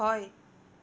হয়